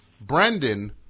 Brendan